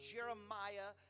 Jeremiah